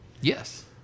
Yes